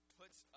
puts